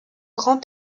grand